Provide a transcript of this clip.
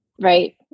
Right